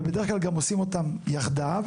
ובדרך כלל גם עושים אותם יחדיו.